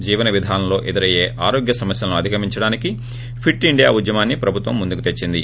జీవన విధానంలో ఎదురయ్యే ఆరోగ్య సమస్యలను అధిగమించడానికి ఫిట్ ఇండియా ఉద్యమాన్ని ప్రభుత్వం ముందుకు తెచ్చింది